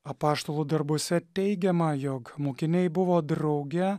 apaštalų darbuose teigiama jog mokiniai buvo drauge